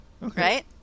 Right